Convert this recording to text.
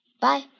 bye